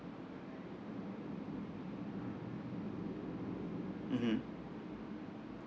mmhmm